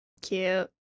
Cute